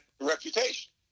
reputation